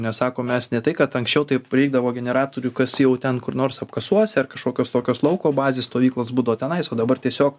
nes sako mes ne tai kad anksčiau taip reikdavo generatorių kas jau ten kur nors apkasuose ar kažkokios tokios lauko bazės stovyklos būdavo tenais o dabar tiesiog